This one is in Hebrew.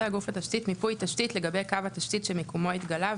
גוף התשתית מיפוי תשתית לגבי קו התשתית שמיקומו התגלה,